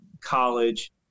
college